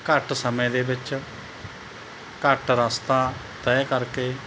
ਘੱਟ ਸਮੇਂ ਦੇ ਵਿੱਚ ਘੱਟ ਰਸਤਾ ਤੈਅ ਕਰਕੇ